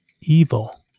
evil